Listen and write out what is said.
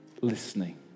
listening